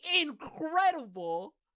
incredible